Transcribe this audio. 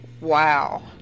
wow